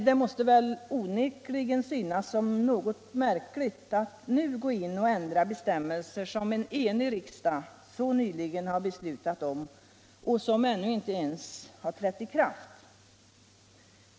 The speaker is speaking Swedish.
Det måste onekligen synas som något märkligt att nu gå in och ändra bestämmelser, som en enig riksdag så nyligen har beslutat om och som ännu inte ens har trätt i kraft.